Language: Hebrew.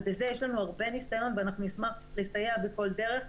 ובזה יש לנו הרבה ניסיון ואנחנו נשמח לסייע בכל דרך,